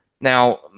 Now